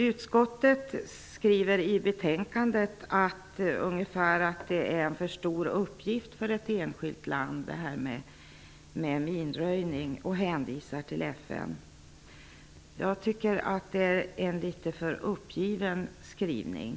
Utskottet skriver i betänkandet ungefär att minröjning är en för stor uppgift för ett land, och hänvisar till FN. Jag tycker att det är en något för uppgiven skrivning.